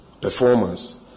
performance